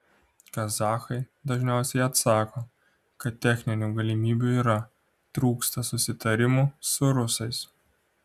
kazachai dažniausiai atsako kad techninių galimybių yra trūksta susitarimų su rusais